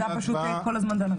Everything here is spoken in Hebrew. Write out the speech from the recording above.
הוועדה פשוט כל הזמן דנה.